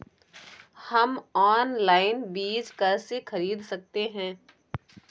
हम ऑनलाइन बीज कैसे खरीद सकते हैं?